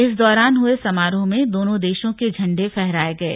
इस दौरान हुए समारोह में दोनों देशों के झंडे फहराये गये